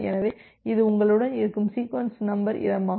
எனவே இது உங்களுடன் இருக்கும் சீக்வென்ஸ் நம்பர் இடமாகும்